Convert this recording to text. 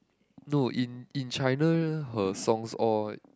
no in in China her songs all